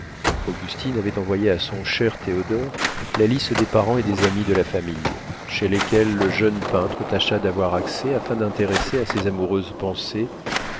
augustine avait envoyé à son cher théodore la liste des parents et des amis de la famille chez lesquels le jeune peintre tâcha d'avoir accès afin d'intéresser à ses amoureuses pensées